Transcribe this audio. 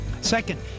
Second